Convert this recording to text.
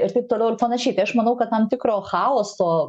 taip toliau ir panašiai tai aš manau kad tam tikro chaoso